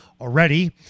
already